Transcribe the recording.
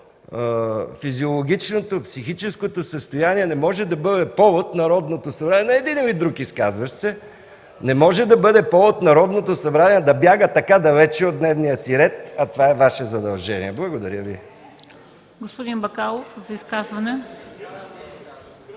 физиологичното, психическото състояние не може да бъде повод Народното събрание, на един или друг изказващ се, не може да бъде повод Народното събрание да бяга така далеч от дневния си ред, а това е Ваше задължение. Благодаря Ви. ПРЕДСЕДАТЕЛ МЕНДА